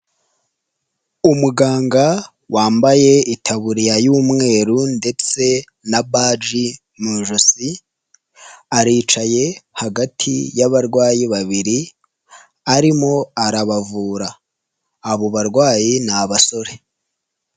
Umuganga wambaye itaburiya y'umweru ndetse na baji mu ijosi, aricaye hagati y'abarwayi babiri arimo arabavura, abo barwayi ni abasore.